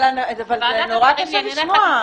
אבל נורא קשה לשמוע.